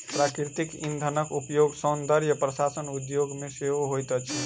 प्राकृतिक इंधनक उपयोग सौंदर्य प्रसाधन उद्योग मे सेहो होइत अछि